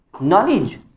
knowledge